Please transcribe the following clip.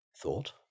thought